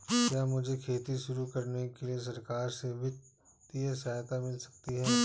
क्या मुझे खेती शुरू करने के लिए सरकार से वित्तीय सहायता मिल सकती है?